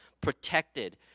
protected